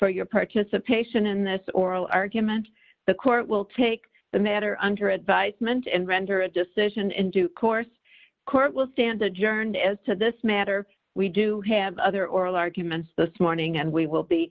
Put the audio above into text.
for your participation in this oral argument the court will take the matter under advisement and render a decision in due course court will stand adjourned as to this matter we do have other oral arguments this morning and we will be